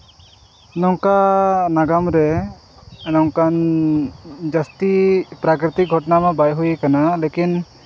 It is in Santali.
ᱱᱚᱝᱠᱟ ᱱᱟᱜᱟᱢ ᱨᱮ ᱱᱚᱝᱠᱟᱱ ᱡᱟᱹᱥᱛᱤ ᱯᱨᱟᱠᱨᱤᱛᱤᱠ ᱜᱷᱚᱴᱚᱱᱟᱢᱟ ᱵᱟᱭ ᱦᱩᱭ ᱟᱠᱟᱱᱟ ᱞᱮᱠᱤᱱ